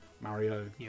Mario